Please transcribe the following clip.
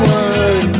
one